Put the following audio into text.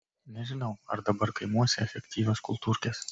nežinau ar dabar kaimuose efektyvios kultūrkės